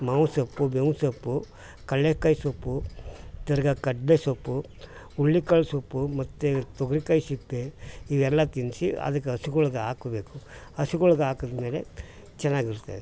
ಮಾವಿನ ಸೊಪ್ಪು ಬೇವಿನ ಸೊಪ್ಪು ಕಳ್ಳೆಕಾಯಿ ಸೊಪ್ಪು ತಿರ್ಗಿ ಕಡಲೆ ಸೊಪ್ಪು ಹುಳ್ಳಿಕಾಳು ಸೊಪ್ಪು ಮತ್ತು ತೊಗರಿಕಾಯ್ ಸಿಪ್ಪೆ ಇವೆಲ್ಲ ತಿನ್ನಿಸಿ ಅದಕ್ಕೆ ಹಸುಗಳ್ಗ್ ಹಾಕ್ಬೇಕು ಹಸುಗಳ್ಗ್ ಹಾಕಿದ್ಮೇಲೆ ಚೆನ್ನಾಗಿರುತ್ತೆ